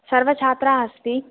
सर्व छात्रा अस्ति